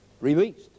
Released